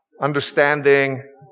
understanding